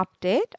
update